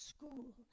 School